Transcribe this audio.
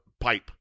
pipe